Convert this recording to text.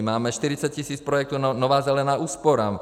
Máme 40 tis. projektů na Nová zelená úspora.